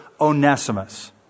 Onesimus